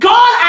God